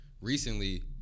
recently